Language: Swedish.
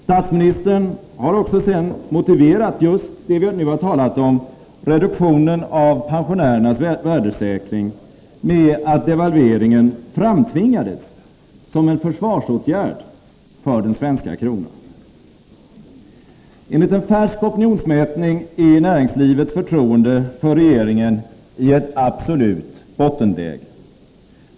Statsministern har också sedan motiverat reduktionen av pensionernas värdesäkring med att devalveringen framtvingades som en försvarsåtgärd för den svenska kronan. Enligt en färsk opinionsmätning är näringslivets förtroende för regeringen i ett absolut bottenläge.